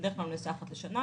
ובדרך כלל הוא נעשה אחת לשנה.